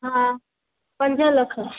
हा पंज लख